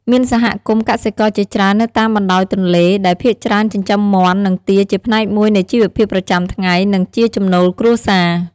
មានសហគមន៍កសិករជាច្រើននៅតាមបណ្ដោយទន្លេ ដែលភាគច្រើនចិញ្ចឹមមាន់ និងទាជាផ្នែកមួយនៃជីវភាពប្រចាំថ្ងៃ និងជាចំណូលគ្រួសារ។